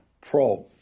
probe